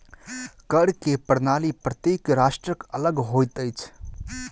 कर के प्रणाली प्रत्येक राष्ट्रक अलग होइत अछि